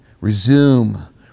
resume